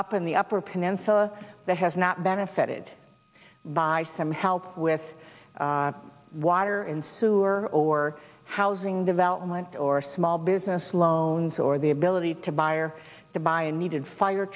up in the upper peninsula that has not benefited by some help with water and sewer or housing development or small business loans or the ability to buy or to buy a needed fire